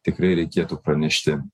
tikrai reikėtų pranešti